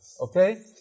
okay